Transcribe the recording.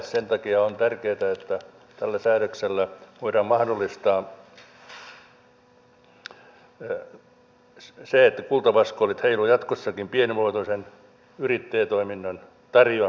sen takia on tärkeätä että tällä säädöksellä voidaan mahdollistaa se että kultavaskoolit heiluvat jatkossakin pienimuotoisen yrittäjätoiminnan tarjoamana